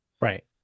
right